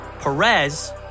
Perez